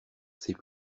sais